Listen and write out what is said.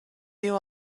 you